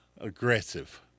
aggressive